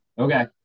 Okay